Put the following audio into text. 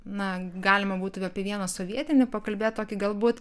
na galima būtų apie vieną sovietinį pakalbėt tokį galbūt